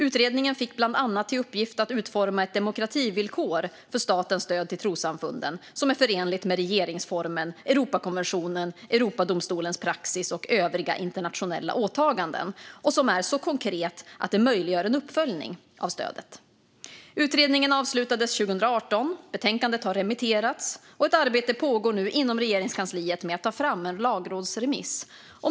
Utredningen fick bland annat till uppgift att utforma ett demokrativillkor för statens stöd till trossamfunden som är förenligt med regeringsformen, Europakonventionen, Europadomstolens praxis och övriga internationella åtaganden och som är så konkret att det möjliggör en uppföljning av stödet. Utredningen avslutades 2018, och betänkandet har remitterats. Ett arbete pågår nu inom Regeringskansliet med att ta fram en lagrådsremiss.